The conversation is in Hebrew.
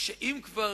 השמן,